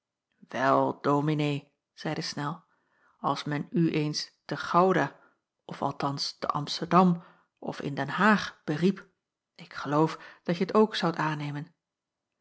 wel dominee zeide snel als men u eens te gouda of althans te amsterdam of in den haag beriep ik geloof dat je t ook zoudt aannemen